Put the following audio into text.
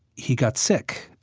he got sick.